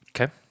okay